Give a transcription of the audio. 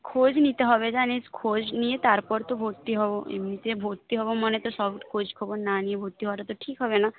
খোঁজ নিতে হবে জানিস খোঁজ নিয়ে তারপর তো ভর্তি হব এমনিতে ভর্তি হব মানে তো সব খোঁজ খবর না নিয়ে ভর্তি হওয়াটা তো ঠিক হবে না